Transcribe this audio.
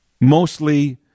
mostly